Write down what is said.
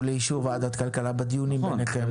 לאישור ועדת הכלכלה בדיונים ביניכם,